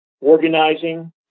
organizing